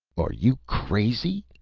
are you crazy?